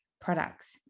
products